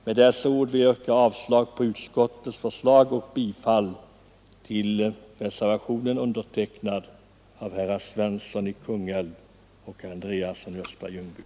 Med dessa ord ber jag att få yrka avslag på utskottets förslag och bifall till reservationerna undertecknade av herrar Svensson i Kungälv och Andreasson i Östra Ljungby.